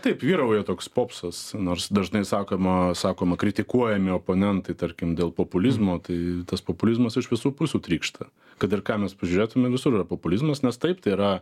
taip vyrauja toks popsas nors dažnai sakoma sakoma kritikuojami oponentai tarkim dėl populizmo tai tas populizmas iš visų pusių trykšta kad ir ką mes pažiūrėtume visur yra populizmas nes taip tai yra